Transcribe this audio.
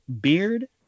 Beard